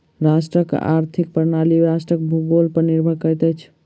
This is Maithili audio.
राष्ट्रक आर्थिक प्रणाली राष्ट्रक भूगोल पर निर्भर करैत अछि